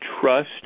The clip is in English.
trust